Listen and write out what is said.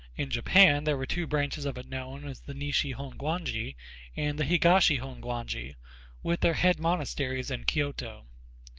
in japan there are two branches of it known as the nishi-hongwanji and the higashi-hongwanji with their head monasteries in kyoto.